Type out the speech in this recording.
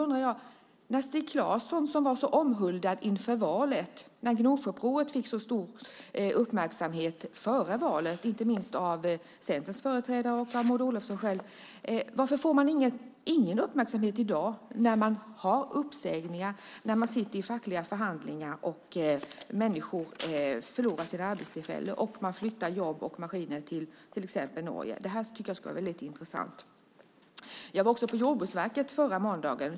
När Stig Claesson var så omhuldad och Gnosjöupproret fick så stor uppmärksamhet före valet, inte minst av Centerns företrädare och av Maud Olofsson själv, varför får man då ingen uppmärksamhet i dag när man gör uppsägningar, sitter i förhandlingar och människor förlorar sina arbeten och jobb och maskiner flyttas till exempelvis Norge? Det skulle vara väldigt intressant att höra. Jag var på Jordbruksverket förra måndagen.